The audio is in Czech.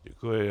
Děkuji.